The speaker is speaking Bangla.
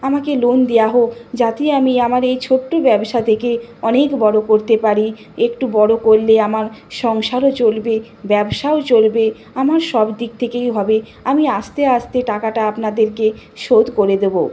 আমাকে লোন দেয়া হোক যাতে আমি আমার এই ছোট্টো ব্যবসা থেকে অনেক বড়ো করতে পারি একটু বড়ো করলে আমার সংসারও চলবে ব্যবসাও চলবে আমার সব দিক থেকেই হবে আমি আস্তে আস্তে টাকাটা আপনাদেরকে শোধ করে দেবো